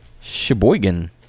Sheboygan